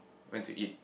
went to eat